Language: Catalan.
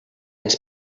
ens